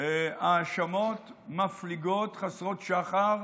האשמות מפליגות, חסרות שחר,